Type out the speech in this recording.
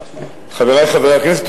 חברי חברי הכנסת,